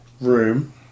Room